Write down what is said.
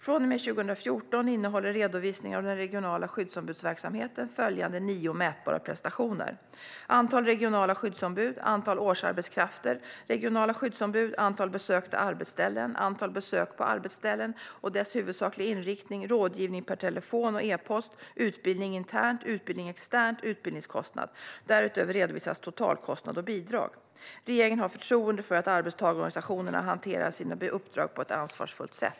Från och med 2014 innehåller redovisningen av den regionala skyddsombudsverksamheten följande nio mätbara prestationer: antal regionala skyddsombud, antal årsarbetskrafter regionala skyddsombud, antal besökta arbetsställen, antal besök på arbetsställen och dess huvudsakliga inriktning, rådgivning per telefon och e-post, utbildning internt, utbildning externt och utbildningskostnad. Därutöver redovisas totalkostnad och bidrag. Regeringen har förtroende för att arbetstagarorganisationerna hanterar sitt uppdrag på ett ansvarsfullt sätt.